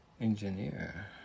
engineer